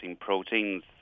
proteins